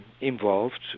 involved